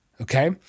Okay